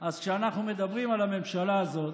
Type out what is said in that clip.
אז כשאנחנו מדברים על הממשלה הזאת,